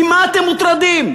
ממה אתם מוטרדים?